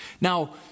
Now